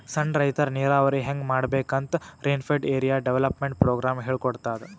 ಸಣ್ಣ್ ರೈತರ್ ನೀರಾವರಿ ಹೆಂಗ್ ಮಾಡ್ಬೇಕ್ ಅಂತ್ ರೇನ್ಫೆಡ್ ಏರಿಯಾ ಡೆವಲಪ್ಮೆಂಟ್ ಪ್ರೋಗ್ರಾಮ್ ಹೇಳ್ಕೊಡ್ತಾದ್